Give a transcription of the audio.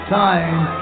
time